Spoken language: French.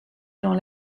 dans